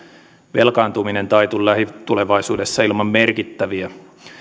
velkaantuminen taitu lähitulevaisuudessa ilman merkittäviä